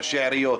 ראשי עיריות,